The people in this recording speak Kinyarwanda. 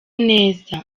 neza